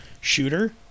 shooter